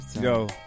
Yo